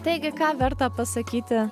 taigi ką verta pasakyti